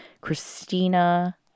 Christina